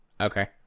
Okay